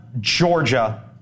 Georgia